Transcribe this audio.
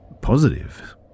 Positive